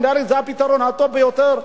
נראה לי שזה הפתרון הטוב ביותר,